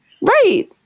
Right